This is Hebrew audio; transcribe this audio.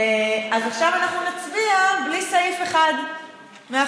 אז עכשיו אנחנו נצביע בלי סעיף 1 מהחוק.